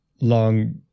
long